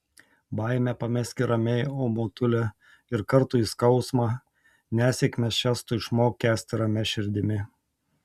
baimę pameski ramiai o motule ir kartųjį skausmą nesėkmes šias tu išmok kęsti ramia širdimi